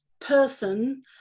person